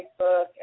Facebook